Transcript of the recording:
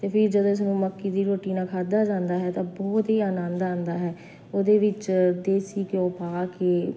ਅਤੇ ਫਿਰ ਜਦੋਂ ਇਸਨੂੰ ਮੱਕੀ ਦੀ ਰੋਟੀ ਨਾਲ ਖਾਧਾ ਜਾਂਦਾ ਹੈ ਤਾਂ ਬਹੁਤ ਹੀ ਆਨੰਦ ਆਉਂਦਾ ਹੈ ਉਹਦੇ ਵਿੱਚ ਦੇਸੀ ਘਿਓ ਪਾ ਕੇ